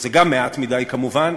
שזה גם מעט מדי, כמובן,